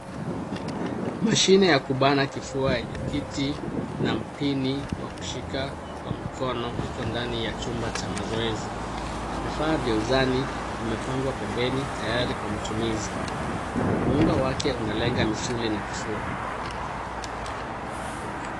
Mashine ya kubana kifua yenye kiti na mpini wa kushika kwa mkono iko ndani ya chumba cha mazoezi. Vifaa vya uzani vimepangwa pembeni tayari kwa matumizi. Muundo wake unalenga misuli na kifua.